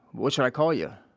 what should i call you?